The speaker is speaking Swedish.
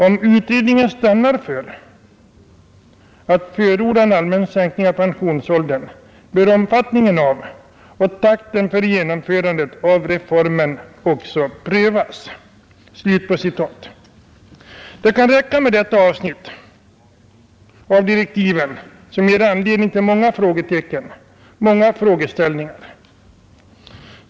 Om utredningen stannar för att förorda en allmän sänkning av pensionsåldern bör omfattningen av och takten för genomförandet av reformen också prövas.” Det kan räcka med detta avsnitt av direktiven som ger anledning till många frågetecken och många frågeställningar.